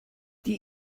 die